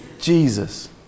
Jesus